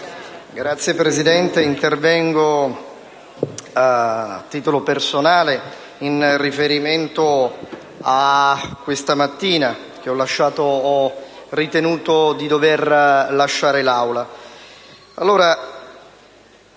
Signor Presidente, intervengo a titolo personale in riferimento a questa mattina, quando ho ritenuto di dover lasciare l'Aula.